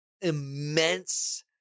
immense